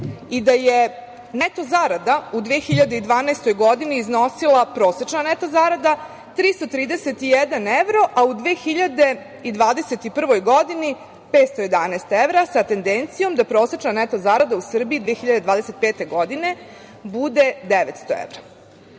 i da je neto zarada u 2012. godini, prosečna neto zarada, 331 evro, a u 2021. godini 511 evra, sa tendencijom da prosečna neto zarada u Srbiji 2025. godine bude 900